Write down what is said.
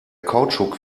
kautschuk